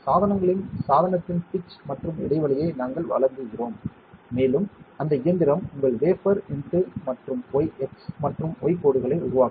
சாதனங்களின் சாதனத்தின் பிச் மற்றும் இடைவெளியை நாங்கள் வழங்குகிறோம் மேலும் அந்த இயந்திரம் உங்கள் வேஃபர் x மற்றும் y கோடுகளை உருவாக்கும்